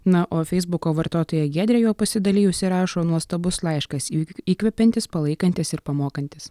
na o feisbuko vartotoja giedrė juo pasidalijusi rašo nuostabus laiškas juk įkvepiantis palaikantis ir pamokantis